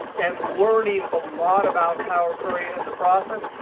and learning a lot about power query in the process,